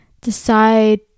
decide